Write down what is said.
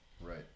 right